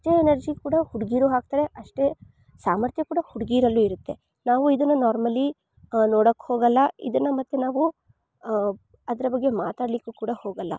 ಅಷ್ಟೇ ಎನರ್ಜಿ ಕೂಡ ಹುಡುಗಿರು ಹಾಕ್ತಾರೆ ಅಷ್ಟೇ ಸಾಮರ್ಥ್ಯ ಕೂಡ ಹುಡುಗಿರಲ್ಲೂ ಇರುತ್ತೆ ನಾವು ಇದನ್ನು ನಾರ್ಮಲಿ ನೋಡೋಕ್ಕೆ ಹೋಗೋಲ್ಲ ಇದನ್ನು ಮತ್ತೆ ನಾವು ಅದರೆ ಬಗ್ಗೆ ಮಾತಾಡಲಿಕ್ಕು ಕೂಡ ಹೋಗೋಲ್ಲ